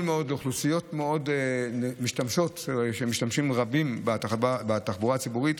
מאוד לאוכלוסיות המשתמשות ולמשתמשים רבים בתחבורה הציבורית.